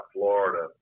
Florida